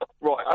Right